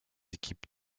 équipes